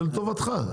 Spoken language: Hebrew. זה לטובתך.